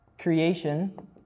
creation